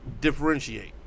differentiate